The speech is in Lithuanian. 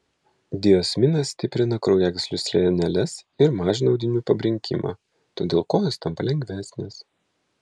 diosminas stiprina kraujagyslių sieneles ir mažina audinių pabrinkimą todėl kojos tampa lengvesnės